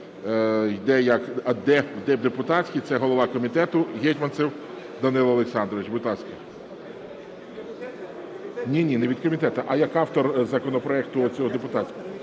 як депутатський, це голова комітету Гетманцев Данило Олександрович. Будь ласка. Ні-ні, не від комітету, а як автор законопроекту цього депутатського.